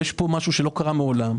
יש פה משהו שלא קרה מעולם,